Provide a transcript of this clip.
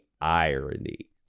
irony